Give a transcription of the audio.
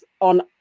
on